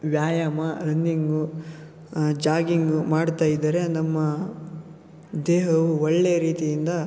ವ್ಯಾಯಾಮ running jogging ಮಾಡ್ತಾ ಇದ್ದರೆ ನಮ್ಮ ದೇಹವು ಒಳ್ಳೆಯ ರೀತಿಯಿಂದ